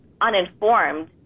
uninformed